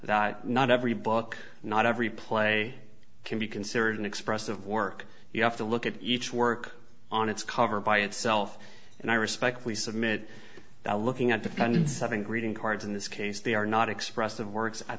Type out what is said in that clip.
that not every book not every play can be considered an expressive work you have to look at each work on its cover by itself and i respectfully submit that looking at the pens having greeting cards in this case they are not expressive works at